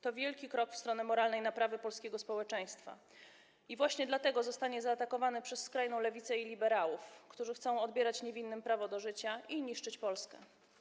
To wielki krok w stronę moralnej naprawy polskiego społeczeństwa - i właśnie dlatego zostanie zaatakowany przez skrajną lewicę i liberałów, którzy chcą odbierać niewinnym prawo do życia i niszczyć Polskę.